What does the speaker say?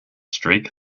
streak